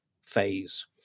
phase